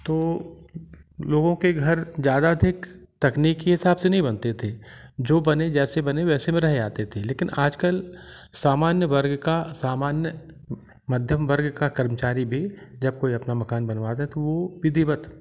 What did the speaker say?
तो लोगों के घर ज़्यादा अधिक तकनीकी के हिसाब से नहीं बनते थे जो बने जैसे बने वैसे में रह आते थे लेकिन आज कल सामान्य वर्ग का सामान्य मध्यम वर्ग का कर्मचारी भी जब कोई अपना मकान बनवाता है तो वो विधिवत